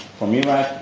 from iraq,